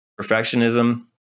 Perfectionism